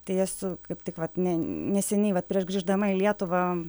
tai esu kaip tik vat neseniai vat prieš grįždama į lietuvą